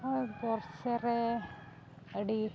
ᱟᱨ ᱵᱚᱛᱥᱚᱨ ᱨᱮ ᱟᱹᱰᱤ